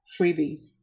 freebies